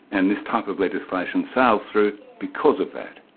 and this type of legislation sails through because of that.